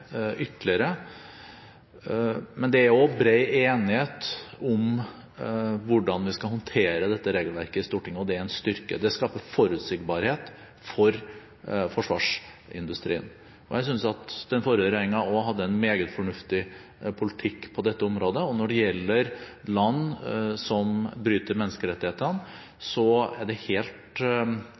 ytterligere, men det er også bred enighet i Stortinget om hvordan vi skal håndtere dette regelverket, og det er en styrke. Det skaper forutsigbarhet for forsvarsindustrien. Jeg synes den forrige regjeringen også hadde en meget fornuftig politikk på dette området. Når det gjelder land som bryter menneskerettighetene, er det helt